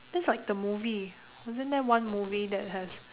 that's like the movie wasn't there one movie that has